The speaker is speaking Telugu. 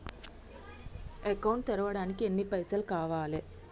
అకౌంట్ తెరవడానికి ఎన్ని పైసల్ కావాలే?